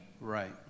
Right